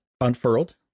unfurled